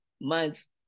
months